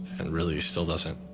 and really still doesn't.